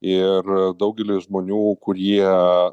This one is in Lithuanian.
ir daugeliui žmonių kurie